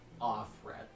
off-red